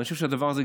אני חושב שהדבר הזה,